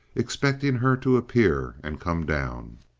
expecting her to appear and come down.